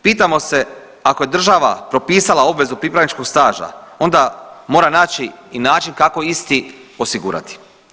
Pitamo se ako je država propisala obvezu pripravničkog staža onda mora naći i način kako isti osigurati.